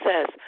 says